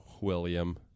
William